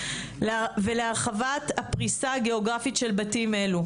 ולהרחבת הפריסה הגיאוגרפית של בתים אלה.